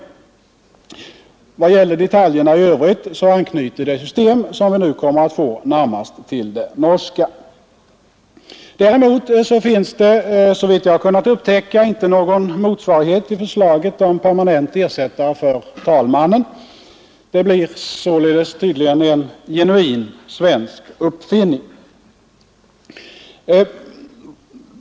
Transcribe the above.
Vad gäller detaljerna i övrigt anknyter det system som vi nu kommer att få närmast till det norska. Däremot finns det, såvitt jag kunnat upptäcka, inte någon motsvarighet till förslaget om permanent ersättare för talmannen. Det blir således tydligen en genuin svensk uppfinning.